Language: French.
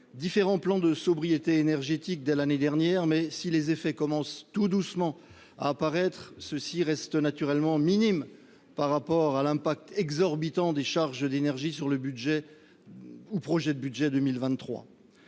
différents plans de sobriété énergétique dès l'année dernière. Mais, si les effets commencent tout doucement à se faire sentir, ils restent naturellement minimes par rapport à l'impact exorbitant des charges d'énergie sur les budgets